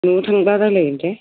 न'आव थांबा रायज्लायगोन दे